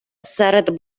серед